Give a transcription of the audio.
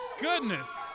goodness